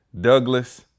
Douglas